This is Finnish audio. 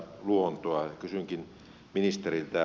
kysynkin ministeriltä